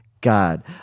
god